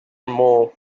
mole